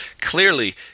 clearly